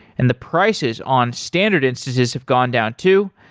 and the prices on standard instances have gone down too.